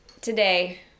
Today